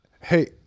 hey